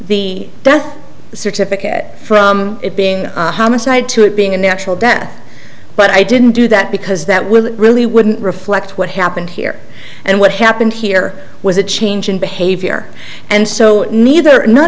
the death certificate from it being a homicide to it being a natural death but i didn't do that because that will it really wouldn't reflect what happened here and what happened here was a change in behavior and so neither none